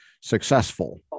successful